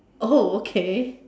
oh okay